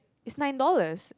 is nine dollars